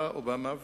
בא אובמה,